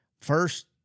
First